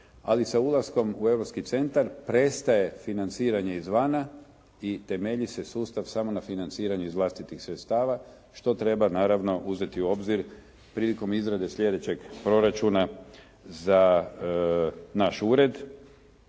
ali sa ulaskom u Europski centar prestane financiranje izvana i temelji se sustav samo na financiranju iz vlastitih sredstava što treba naravno uzeti u obzir prilikom izrade slijedećeg proračuna za naš ured